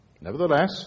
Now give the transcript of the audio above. Nevertheless